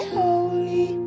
holy